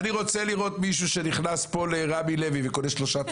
אני רוצה לראות מישהו שנכנס פה לרמי לוי וקונה שלושה תפוחים.